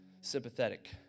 sympathetic